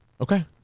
okay